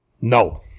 No